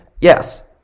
Yes